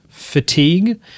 fatigue